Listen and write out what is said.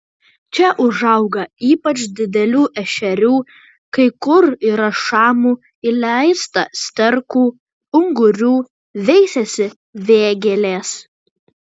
čia užauga ypač didelių ešerių kai kur yra šamų įleista sterkų ungurių veisiasi vėgėlės